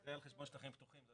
זה על חשבון שטחים פתוחים?